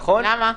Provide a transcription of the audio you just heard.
למה?